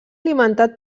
alimentat